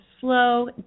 slow